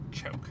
choke